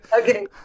Okay